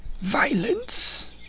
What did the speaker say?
violence